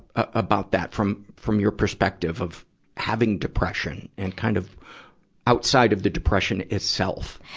about that from, from your perspective of having depression, and kind of outside of the depression itself.